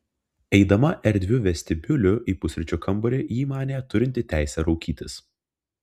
eidama erdviu vestibiuliu į pusryčių kambarį ji manė turinti teisę raukytis